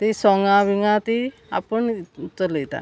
ती सोंगां विंगा ती आपूण चलयता